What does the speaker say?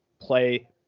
play